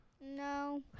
No